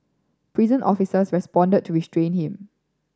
prison officers responded to restrain him